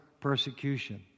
persecution